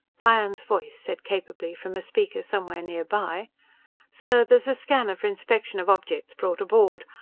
diane's voice said capably from a speaker somewhere nearby sir, there's a scanner for inspection of objects brought aboard.